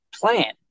plan